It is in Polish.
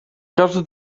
każdy